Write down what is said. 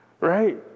Right